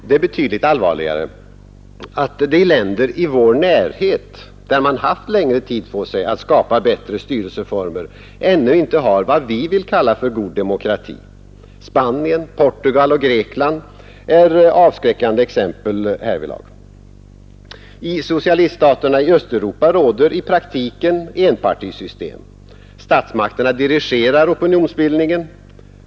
Det är betydligt allvarligare att länder i vår närhet, där man haft längre tid på sig att skapa bättre styrelseformer, ännu inte har vad vi vill kalla god demokrati. Spanien, Portugal och Grekland är avskräckande exempel härvidlag. I socialiststaterna i Östeuropa råder i praktiken enpartisystem. Statsmakterna dirigerar opinionsbildningen.